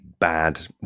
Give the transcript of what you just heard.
bad